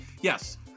Yes